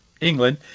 England